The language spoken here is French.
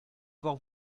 avoir